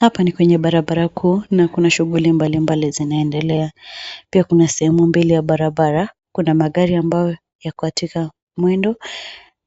Hapa ni kwenye barabara kuu na kuna shughuli mbalimbali zinaendelea. Pia kuna sehemu mbili ya barabara .Kuna magari ambayo yako katika mwendo